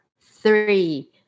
three